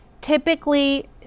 typically